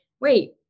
wait